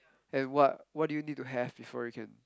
and what what do you need to have before you can